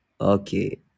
Okay